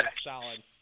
solid